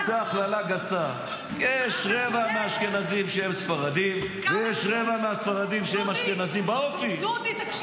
יש אשכנזים ויש גם --- אבל דודי צודק.